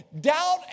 Doubt